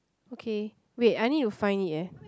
okay wait I need to find it eh